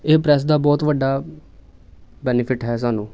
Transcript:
ਇਹ ਪ੍ਰੈਸ ਦਾ ਬਹੁਤ ਵੱਡਾ ਬੈਨੀਫਿਟ ਹੈ ਸਾਨੂੰ